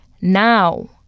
Now